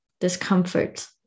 discomfort